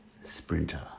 sprinter